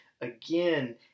again